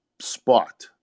spot—